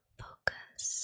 focus